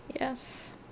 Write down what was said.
Yes